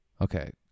okay